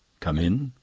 come in.